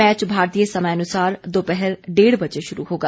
match भारतीय समयानुसार दोपहर डेढ़ बजे शुरू होगा